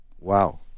Wow